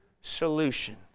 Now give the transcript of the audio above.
solution